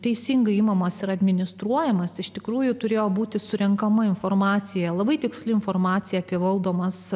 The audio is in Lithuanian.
teisingai imamas ir administruojamas iš tikrųjų turėjo būti surenkama informacija labai tiksli informacija apie valdomas